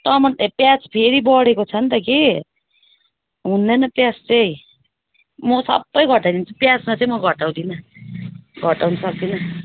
टमाटर ए प्याज फेरि बढेको छ नि त कि हुँदैन प्याज चाहिँ म सबै घटाइदिन्छु प्याजमा चाहिँ म घटाउँदिनँ घटाउनु सक्दिनँ